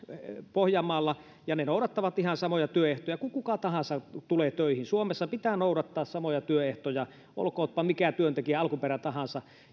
pohjanmaalla ja ne noudattavat ihan samoja työehtoja kun kuka tahansa tulee töihin suomessa pitää noudattaa samoja työehtoja olkoonpa työntekijän alkuperä mikä tahansa